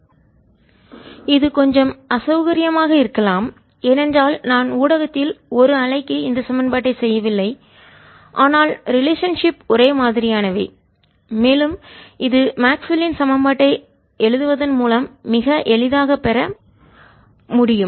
BI BRBT EIv1 ERv1ETv2 நீங்கள் கொஞ்சம் அசௌகரியமாக இருக்கலாம் ஏனென்றால் நான் ஊடகத்தில் ஒரு அலைக்கு இந்த சமன்பாட்டை செய்யவில்லை ஆனால் ரிலேஷன்ஷிப் ஒரே மாதிரியானவை மேலும் இது மேக்ஸ்வெல்லின் சமன்பாட்டை எழுதுவதன் மூலம் மிக எளிதாக பெற முடியும்